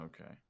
okay